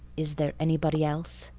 is there anybody else?